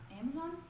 Amazon